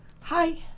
hi